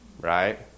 Right